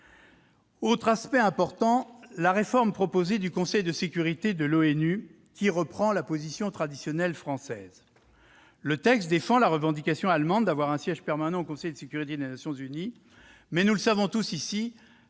l'utiliser. La réforme proposée du Conseil de sécurité de l'ONU reprend la position traditionnelle française. Le texte défend la revendication allemande d'obtenir un siège permanent au Conseil de sécurité des Nations unies. Toutefois, nous le savons tous ici,